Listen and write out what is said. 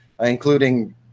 including